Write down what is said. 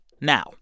now